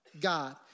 God